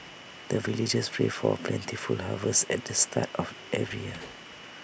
the villagers pray for plentiful harvest at the start of every year